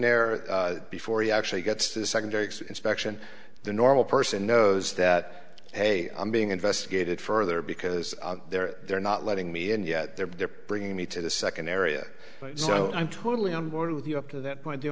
there before he actually gets to secondary inspection the normal person knows that hey i'm being investigated further because they're they're not letting me and yet they're bringing me to the second area so i'm totally on board with you up to that point the